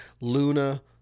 Luna